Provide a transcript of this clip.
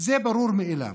זה ברור מאליו.